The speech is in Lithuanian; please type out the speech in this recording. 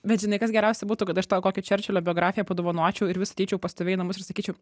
bet žinai kas geriausia būtų kad aš tau kokią čerčilio biografiją padovanočiau ir vis ateičiau pas tave į namus ir sakyčiau